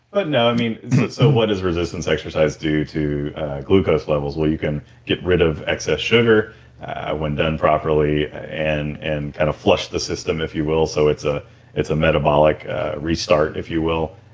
but no i mean so what does resistance exercise do to glucose levels? well you can get rid of excess sugar when done properly and and kind of flush the system if you will so it's ah it's a metabolic restart if you will.